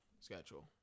schedule